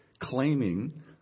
claiming